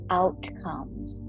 outcomes